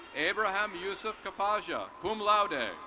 abraham jusuf cafaja, cum laude.